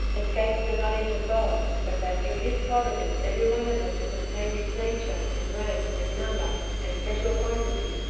escapes the knowledge of god, but that through his providence every one of them has obtained its nature, and rank, and number, and special quan tity,